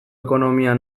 ekonomia